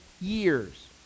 years